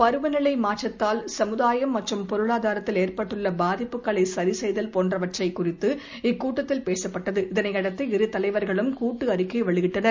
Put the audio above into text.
பருவநிலை மாற்றத்தால் கமுதாயம் மற்றும் பொருளாதாரத்தில் ஏற்பட்டுள்ள பாதிப்புகளை சரிசெய்தல் போன்றவை குறித்து இக் கூட்டத்தில் பேசப்பட்டது இதனையடுத்து இரு தலைவர்களும் கூட்டு அறிக்கை வெளியிட்டனர்